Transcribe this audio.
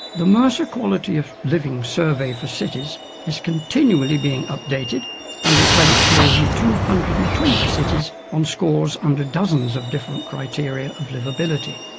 the mercer quality of living survey for cities is continually being updated and it ranks more than two hundred and twenty cities on scores under dozens of different criteria of liveability.